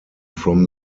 from